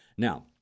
Now